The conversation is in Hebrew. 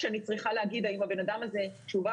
כשאני צריכה להגיד האם הבן אדם הזה שהוא בא